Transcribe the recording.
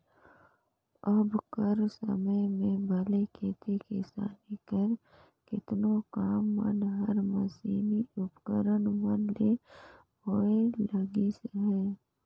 अब कर समे में भले खेती किसानी कर केतनो काम मन हर मसीनी उपकरन मन ले होए लगिस अहे